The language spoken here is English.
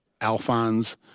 Alphonse